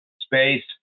space